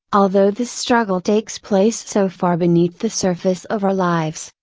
although this struggle takes place so far beneath the surface of our lives,